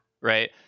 right